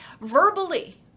verbally